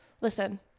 Listen